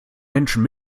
menschen